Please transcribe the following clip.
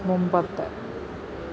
മുമ്പത്തെ